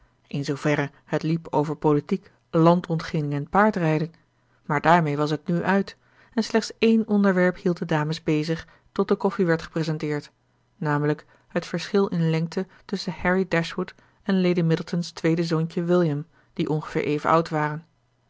in zooverre het liep over politiek land ontginning en paardrijden maar daarmee was het nu uit en slechts één onderwerp hield de dames bezig tot de koffie werd gepresenteerd nl het verschil in lengte tusschen harry dashwood en lady middleton's tweede zoontje william die ongeveer even oud waren